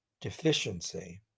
deficiency